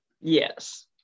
Yes